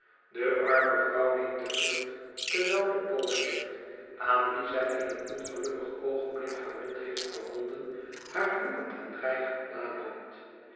de arme vrouw neemt de vlucht terwijl de booswicht aan wien zij in een ongelukkig oogenblik haar lot heeft verbonden haar vloekend en dreigend naloopt